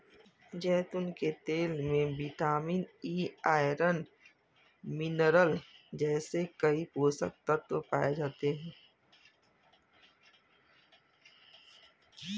जैतून के तेल में विटामिन ई, आयरन, मिनरल जैसे कई पोषक तत्व पाए जाते हैं